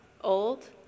old